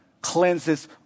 cleanses